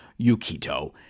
Yukito